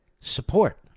support